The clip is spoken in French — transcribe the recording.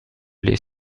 lait